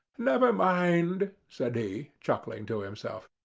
never mind, said he, chuckling to himself.